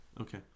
Okay